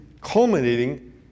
culminating